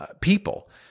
people